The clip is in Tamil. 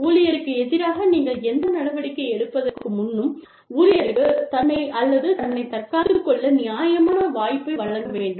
ஊழியருக்கு எதிராக நீங்கள் எந்த நடவடிக்கை எடுப்பதற்கு முன்னும் ஊழியருக்குத் தன்னை அல்லது தன்னை தற்காத்துக் கொள்ள நியாயமான வாய்ப்பை வழங்க வேண்டும்